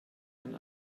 ein